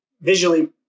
visually